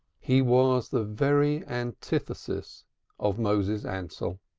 he was the very antithesis of moses ansell.